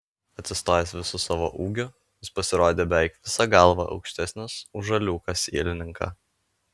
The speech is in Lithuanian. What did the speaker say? atsistojęs visu savo ūgiu jis pasirodė beveik visa galva aukštesnis už žaliūką sielininką